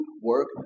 work